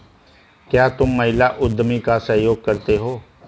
क्या तुम महिला उद्यमी का सहयोग करते हो?